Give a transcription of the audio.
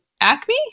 Acme